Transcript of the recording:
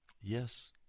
Yes